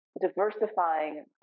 Diversifying